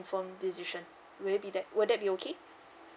decision may be that will that be okay